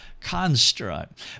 construct